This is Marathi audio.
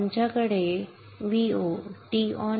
आमच्याकडे VoTon Toff आहे